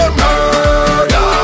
murder